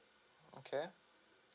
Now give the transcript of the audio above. okay